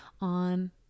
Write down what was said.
on